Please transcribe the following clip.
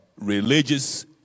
religious